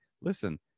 listen